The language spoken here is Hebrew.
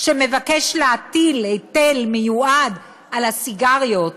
שמבקש להטיל היטל מיועד על הסיגריות,